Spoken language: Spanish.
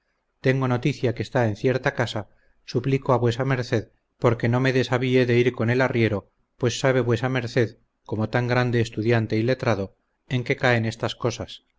tengo noticia que está en cierta casa suplico a vuesa merced porque no me desavíe de ir con el arriero pues sabe vuesa merced como tan gran estudiante y letrado en qué caen estas cosas